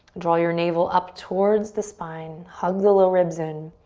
draw your navel up towards the spine. hug the low ribs in.